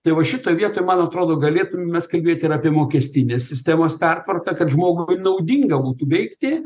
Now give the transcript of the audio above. tai va šitoje vietoj man atrodo galėtume mes kalbėti ir apie mokestinės sistemos pertvarką kad žmogui naudinga būtų veikti